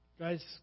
Guys